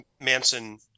Manson